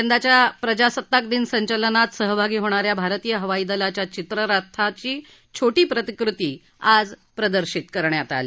यंदाच्या प्रजासत्ताक दिन संचलनात सहभागी होणा या भारतीय हवाई दलाच्या चित्ररथाची छोटी प्रतिकृती आज प्रदर्शित करण्यात आली